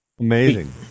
Amazing